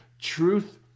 Truth